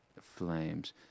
flames